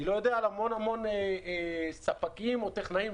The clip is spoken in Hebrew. אני לא יודע על המון ספקים או טכנאים,